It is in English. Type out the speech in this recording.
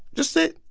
just sit.